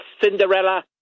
Cinderella